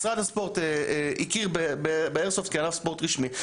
משרד הספורט הכיר באיירסופט כענף ספורט רשמי.